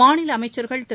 மாநில அமைச்சா்கள் திரு